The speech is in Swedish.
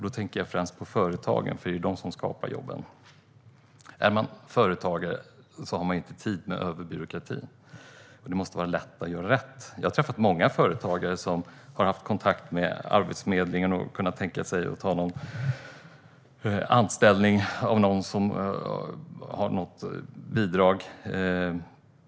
Då tänker jag främst på företagen, för det är ju de som skapar jobben. Är man företagare har man inte tid med överbyråkrati. Det måste vara lätt att göra rätt. Jag har träffat många företagare som har haft kontakt med Arbetsförmedlingen och har kunnat tänka sig att anställa någon som har något bidrag.